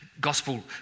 gospel